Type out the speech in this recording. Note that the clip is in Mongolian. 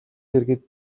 дэргэд